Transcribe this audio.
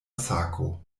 sako